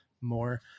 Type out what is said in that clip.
more